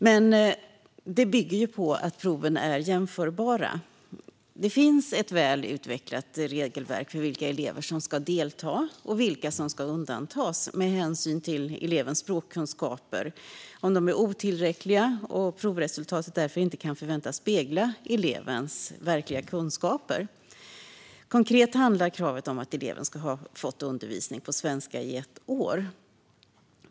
Men det här bygger på att proven är jämförbara. Det finns ett väl utvecklat regelverk för vilka elever som ska delta och vilka som ska undantas med hänsyn till att elevens språkkunskaper är otillräckliga och provresultatet därför inte kan förväntas spegla elevens verkliga kunskaper. Konkret handlar kravet om att eleven ska ha fått undervisning på svenska i ett år.